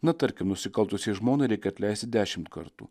na tarkim nusikaltusiai žmonai reikia atleisti dešimt kartų